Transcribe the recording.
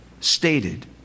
stated